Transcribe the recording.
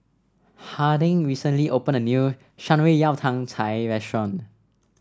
Harding recently opened a new Shan Rui Yao Tang Cai restaurant